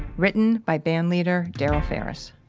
written by bandleader darryl farris